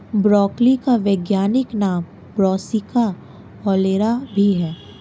broccoli का वैज्ञानिक नाम ब्रासिका ओलेरा भी है